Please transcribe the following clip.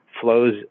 flows